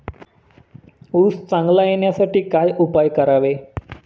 ऊस चांगला येण्यासाठी काय उपाय करावे?